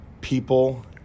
people